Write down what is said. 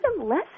less